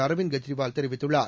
அரவிந்த் கெஜ்ரிவால் தெரிவித்துள்ளார்